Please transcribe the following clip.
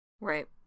Right